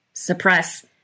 suppress